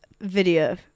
video